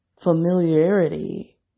familiarity